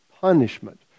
punishment